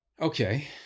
Okay